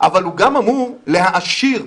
וגם להעשיר,